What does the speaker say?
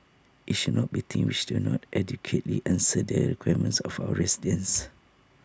IT should not be things which do not adequately answer the requirements of our residents